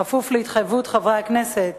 בכפוף להתחייבות חברי הכנסת